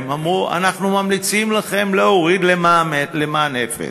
אמרו: אנחנו ממליצים לכם להוריד למע"מ אפס.